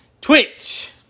Twitch